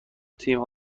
تیم